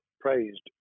praised